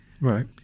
right